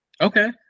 Okay